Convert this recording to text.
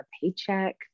paycheck